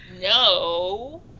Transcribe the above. No